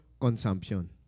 consumption